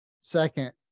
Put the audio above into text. Second